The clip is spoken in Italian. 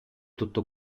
tutto